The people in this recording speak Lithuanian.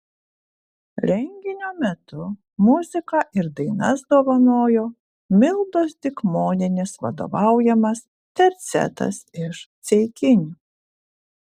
renginio metu muziką ir dainas dovanojo mildos dikmonienės vadovaujamas tercetas iš ceikinių